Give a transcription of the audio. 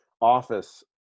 office